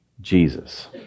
Jesus